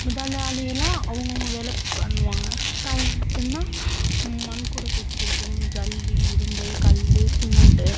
முதலாளியெல்லாம் அவங்கவுங்க வேலை பண்ணுவாங்க சித்தாளுங்க எப்புடினா மண் கூட தூக்கி கொடுக்கணும் ஜல்லி இரும்பு கல்லு சிமெண்ட்டு